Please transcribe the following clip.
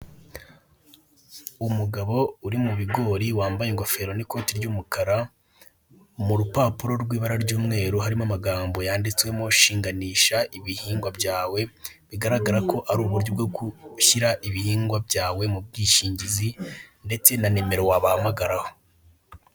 Umugabo uri mu bigori wambaye ingofero n'ikote ry'umukara. Mu rupapuro rw'ibara ry'umweru harimo amagambo yanditswemo "shinganishwa ibihingwa byawe". Bigaragara ko ari uburyo bwo gushyira ibihingwa byawe mu bwishingizi ndetse na nimero wabahamagaraho.